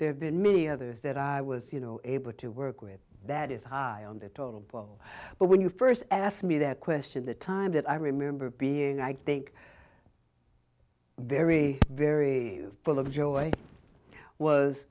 there have been many others that i was you know able to work with that is high on the totem pole but when you first asked me that question the time that i remember being i think very very full of joy was